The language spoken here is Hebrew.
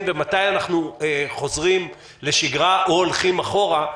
ומתי אנחנו חוזרים לשגרה או הולכים אחורה,